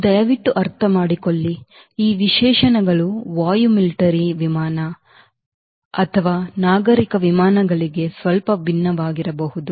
ದಯವಿಟ್ಟು ಅರ್ಥಮಾಡಿಕೊಳ್ಳಿ ಈ ವಿಶೇಷಣಗಳು ವಾಯು ಮಿಲಿಟರಿ ವಿಮಾನ ಅಥವಾ ನಾಗರಿಕ ವಿಮಾನಗಳಿಗೆ ಸ್ವಲ್ಪ ಭಿನ್ನವಾಗಿರಬಹುದು